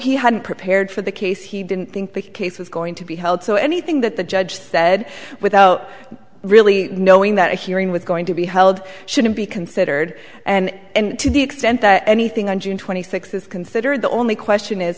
he hadn't prepared for the case he didn't think the case was going to be held so anything that the judge said without really knowing that a hearing was going to be held shouldn't be considered and to the extent that anything on june twenty six is considered the only question is